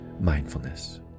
mindfulness